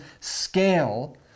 scale